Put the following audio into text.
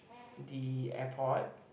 the airport